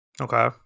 Okay